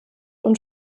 und